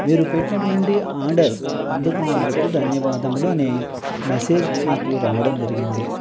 మీరు పెట్టినటువంటి ఆర్డర్ అందుకునందుకు ధన్యవాదములు అని మెసేజ్ నాకు రావడం జరిగింది